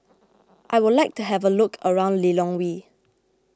I would like to have a look around Lilongwe